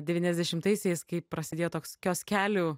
devyniasdešimtaisiais kai prasidėjo toks kioskelių